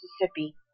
Mississippi